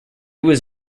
was